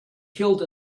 killed